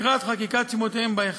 לקראת חקיקת שמותיהם בהיכל,